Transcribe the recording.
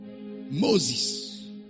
Moses